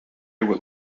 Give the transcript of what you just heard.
would